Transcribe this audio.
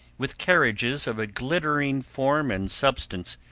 with carriages of a glittering form and substance,